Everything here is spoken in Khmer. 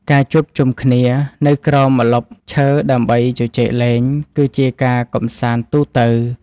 ការជួបជុំគ្នានៅក្រោមម្លប់ឈើដើម្បីជជែកលេង គឺជាការកម្សាន្តទូទៅ។